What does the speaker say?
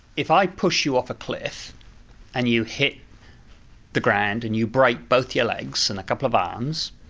if i push you off a cliff and you hit the ground and you break both your legs and a couple of arms,